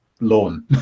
lawn